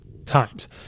times